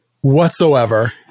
whatsoever